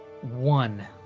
One